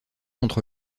entre